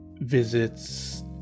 visits